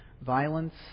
violence